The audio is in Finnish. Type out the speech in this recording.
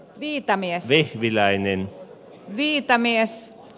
viitamies vihtiläinen viitamies